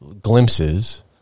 Glimpses